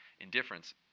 indifference